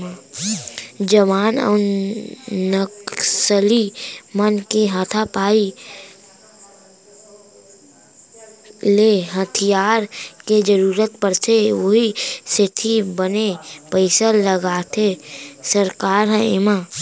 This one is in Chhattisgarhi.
जवान अउ नक्सली मन के हाथापाई ले हथियार के जरुरत पड़थे उहीं सेती बने पइसा लगाथे सरकार ह एमा